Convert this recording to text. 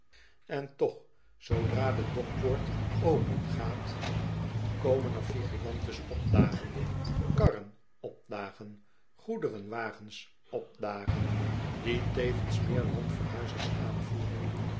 en toch zoodra de dok poort opengaat komen er vigilantes opdagen karren opdagen go e der en wagens opdagen die tevens meer landverhuizers aanvoeren